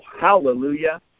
hallelujah